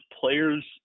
players